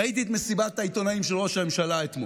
ראיתי את מסיבת העיתונאים של ראש הממשלה אתמול.